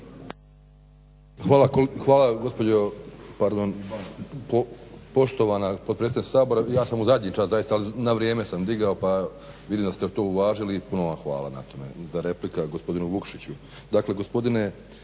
Replika gospodinu Vukšiću.